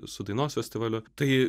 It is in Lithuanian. su dainos festivaliu tai